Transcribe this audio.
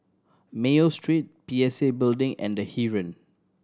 Mayo Street P S A Building and The Heeren